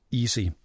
easy